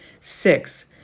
Six